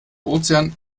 ozean